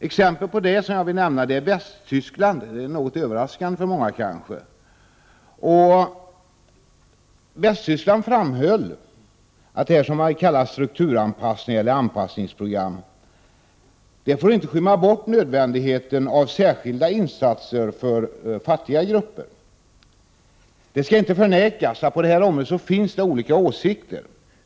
Som exempel vill jag nämna att Västtyskland, något överraskande för en del kanske, framhöll att detta som kallas strukturanpassning eller anpassningsprogram inte får skymma nödvändigheten av särskilda insatser för fattiga grupper. Det skall inte förnekas att det på detta område finns olika åsikter.